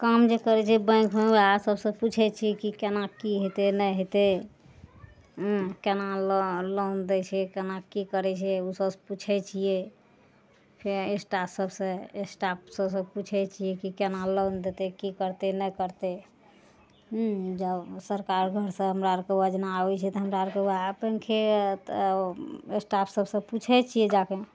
काम जे करै छै बैंकमे वएह सबसे पुछै छियै कि केना की हेतै नहि हेतै केना लोन दै छै केना की करै छै ओ सबसे पुछै छियै फेर स्टाफ सबसे स्टाफ सबसे पुछै छियै कि केना लोन देतै की करतै नहि करतै जब सरकार घर सऽ हमरा आरके योजना आबै छै तऽ हमरा आरके वएह अपनके स्टाफ सबसे पुछै छियै जाके